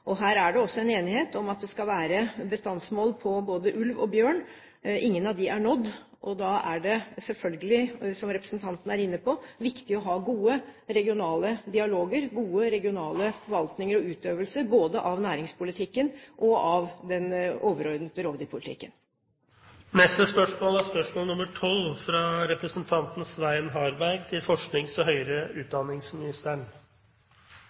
det en enighet om at det skal være bestandsmål på både ulv og bjørn. Ingen av dem er nådd, og da er det selvfølgelig, som representanten er inne på, viktig å ha gode regionale dialoger, gode regionale forvaltninger og god utøvelse både av næringspolitikken og av den overordnede rovdyrpolitikken. Dette spørsmålet er overført til olje- og energiministeren som rette vedkommende, men er utsatt til neste spørretime. Spørsmålene 10 og